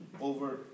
over